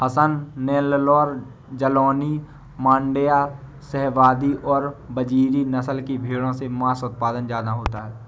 हसन, नैल्लोर, जालौनी, माण्ड्या, शाहवादी और बजीरी नस्ल की भेंड़ों से माँस उत्पादन ज्यादा होता है